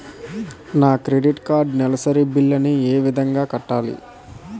నా credit card నెలసరి bill ని ఏ విధంగా కట్టాలి?